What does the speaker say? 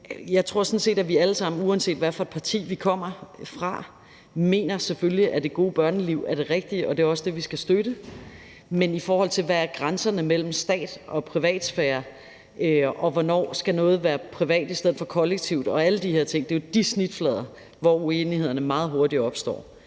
set, at vi alle sammen, uanset hvad for et parti vi kommer fra, selvfølgelig mener, at det gode børneliv er det rigtige, og at det også er det, vi skal støtte. Men hvad grænserne mellem stat og privatsfære er, og hvornår noget skal være privat i stedet for kollektivt og alle de her ting, er jo de snitflader, hvor uenighederne meget hurtigt opstår.